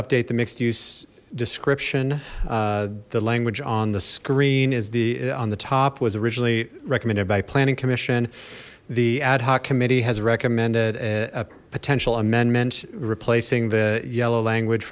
update the mixed use description the language on the screen is the on the top was originally recommended by planning commission the ad hoc committee has recommended a potential amendment replacing the yellow language